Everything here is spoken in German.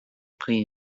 prix